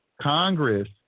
Congress